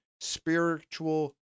spiritual